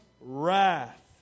wrath